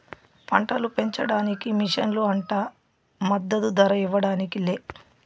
పంటలు పెంచడానికి మిషన్లు అంట మద్దదు ధర ఇవ్వడానికి లే